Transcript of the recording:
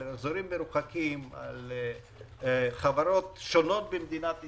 על אזורים מרוחקים, על חברות שונות במדינת ישראל.